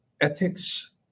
ethics